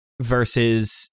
versus